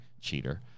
Cheater